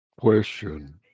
Question